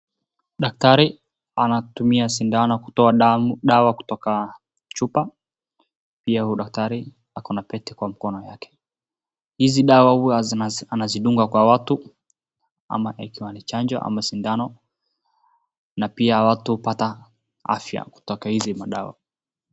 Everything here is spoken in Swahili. Daktari anatumia sindano kutoa dawa kutoka chupa. Pia huyu daktari akona pete kwa mkono yake. Hizi dawa huwa anazidunga kwa watu ama ikiwa ni chanjo ama sindano na pia watu hupata afya kutoka hizi madawa.